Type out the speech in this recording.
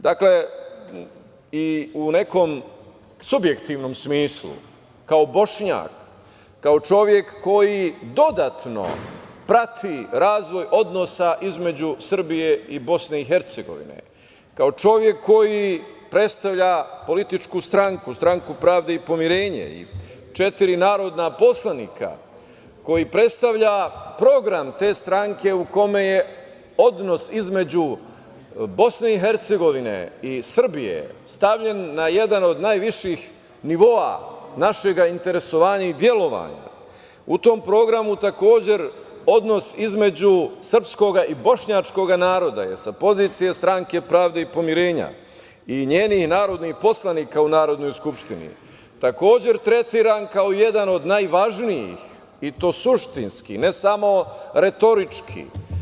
Dakle, i u nekom subjektivnom smislu kao bošnjak, kao čovek koji dodatno prati razvoj odnosa između Srbije i BiH, kao čovek koji predstavlja političku stranku, Stranku pravde i pomirenja, četiri narodna poslanika koji predstavlja program te stranke u kome je odnos između BiH, i Srbije, stavljen na jedan od najviših nivoa, našeg interesovanja i delovanja, u tom programu također odnos između srpskog i bošnjačkog naroda sa pozicije Stranke pravde i pomirenja, i njenih narodnih poslanika u Narodnoj Skupštini, takođe tretiran kao jedan od najvažnijih i to suštinski, ne samo retorički.